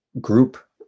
group